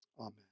Amen